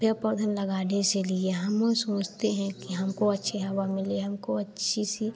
पेड़ पौधे लगाने से लिए हम लोग सोचते हैं कि हमको अच्छी हवा मिले हमको अच्छी सी